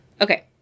Okay